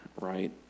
right